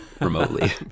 remotely